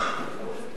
כהצעת הוועדה,